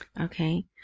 Okay